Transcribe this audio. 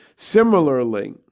Similarly